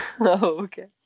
okay